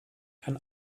kann